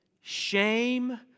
shame